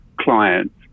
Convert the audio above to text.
clients